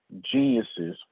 geniuses